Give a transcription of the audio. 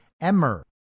Emmer